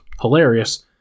hilarious